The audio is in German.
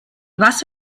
was